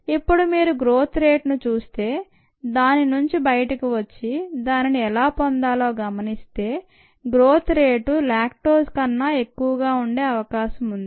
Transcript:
ఇప్పుడు మీరు గ్రోత్ రేట్ను చూస్తే దాని నుంచి బయటకు వచ్చి దానిని ఎలా పొందాలో గమనిస్తే గ్రోత్ రేటు లాక్టోజ్ కన్నా ఎక్కువ ఉండే అవకాశం ఉంది